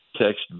Text